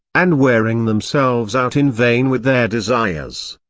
and wearing themselves out in vain with their desires.